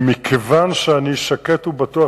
ומכיוון שאני שקט ובטוח,